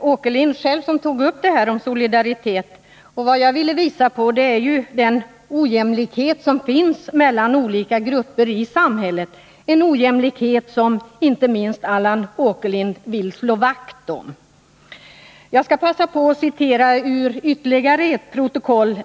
Åkerlind själv som tog upp det här om solidaritet. Vad jag ville påvisa var ju den ojämlikhet som finns mellan olika grupper i samhället, en ojämlikhet som inte minst Allan Åkerlind vill slå vakt om. Jag skall passa på att citera ur ytterligare ett protokoll.